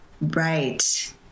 Right